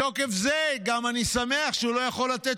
מתוקף זה אני גם שמח שהוא לא יכול לתת